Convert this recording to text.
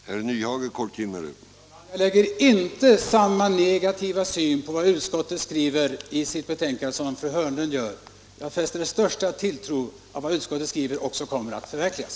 Herr talman! Jag har inte samma negativa syn på vad utskottet skriver i sitt betänkande som fru Hörnlund har. Jag sätter den största tilltro till att vad utskottet skriver också kommer att förverkligas.